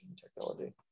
technology